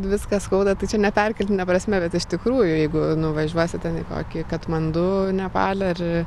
viską skauda tai čia ne perkeltine prasme bet iš tikrųjų jeigu nuvažiuosit ten į kokį katmandu nepale ar